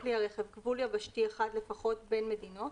גבול יבשתי אחד לפחות, בין מדינות,